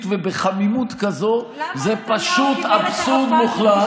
ובחמימות כזאת זה פשוט אבסורד מוחלט,